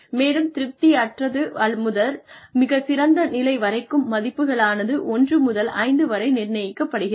மேலும் திருப்தி அற்றது முதல் மிகச்சிறந்த நிலை வரைக்கும் மதிப்புகளாளது 1 முதல் 5 வரை நிர்ணயிக்கப்படுகிறது